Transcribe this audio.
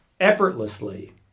Effortlessly